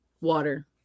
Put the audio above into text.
water